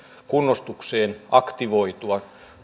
kunnostusta aktivoitua